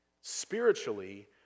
spiritually